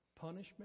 Punishment